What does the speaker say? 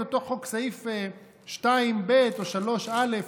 את אותו סעיף 2(ב) או 3(א),